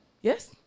yes